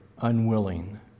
unwilling